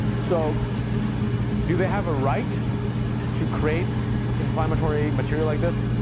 so do they have a right to create inflammatory material like this?